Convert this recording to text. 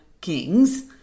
kings